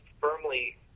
firmly